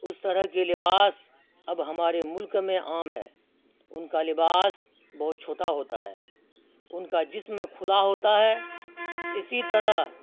اس طرح کے لباس اب ہمارے ملک میں عام ہے ان کا لباس بہت چھوٹا ہوتا ہے ان کا جسم کھلا ہوتا ہے اسی طرح